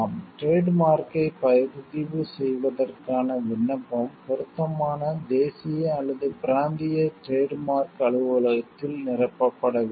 trade மார்க்யை பதிவு செய்வதற்கான விண்ணப்பம் பொருத்தமான தேசிய அல்லது பிராந்திய டிரேட் மார்க் அலுவலகத்தில் நிரப்பப்பட வேண்டும்